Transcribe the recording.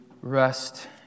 rest